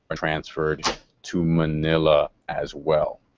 ah transferred to manila as well.